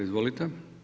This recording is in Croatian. Izvolite.